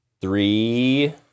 three